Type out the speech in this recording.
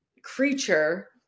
Creature